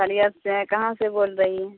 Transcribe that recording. خیریت سے ہیں کہاں سے بول رہی ہیں